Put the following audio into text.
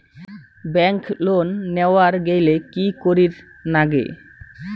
Bank loan নেওয়ার গেইলে কি করীর নাগে?